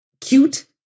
cute